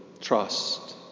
trust